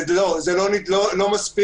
וזה לא מספיק,